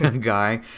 guy